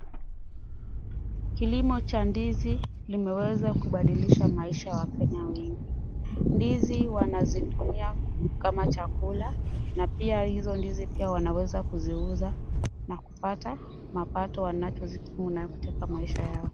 Kilimo cha ndizi kimeweza kubadilisha maisha ya wakenya wengi, ndizi wanazitumia kama chakula na pia hizo ndizi pia wanaweza kuziuza na kupata mapato wanazohitaji nazo katika maisha yao.